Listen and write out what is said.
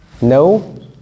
no